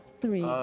three